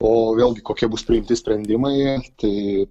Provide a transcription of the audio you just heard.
o vėlgi kokie bus priimti sprendimai tai